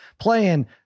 playing